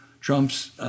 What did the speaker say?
Trump's